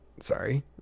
sorry